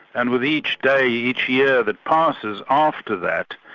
and with each day, each year that passes after that,